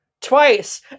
Twice